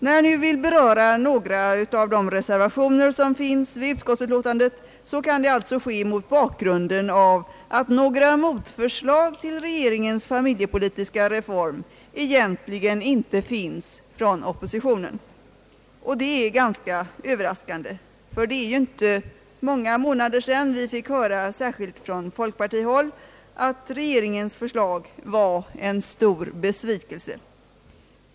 När jag nu vill beröra några av de reservationer, som är fogade till utskottsutlåtandet, kan det alltså ske mot bakgrunden av att några motförslag till regeringens <familjepolitiska reform egentligen inte finns från oppositionen. Det är ganska överraskande, ty det är inte många månader sedan vi fick höra, särskilt från folkpartihåll, att regeringens förslag var en stor besvikelse.